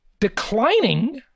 declining